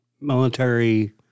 military